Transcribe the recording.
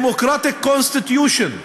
democratic constitution.